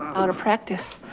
out of practice.